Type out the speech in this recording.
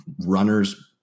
runners